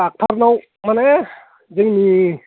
doctor नियाव माने जोंनि